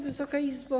Wysoka Izbo!